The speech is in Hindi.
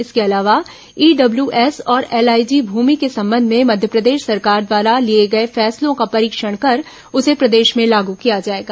इसके अलावा ईडल्ब्यूएस और एलआईजी भूमि के संबंध में मध्यप्रदेश सरकार द्वारा लिए गए फैसलों का परीक्षण कर उसे प्रदेश में लागू किया जाएगा